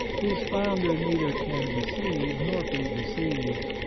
whose founder neither can deceive nor be deceived,